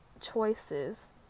choices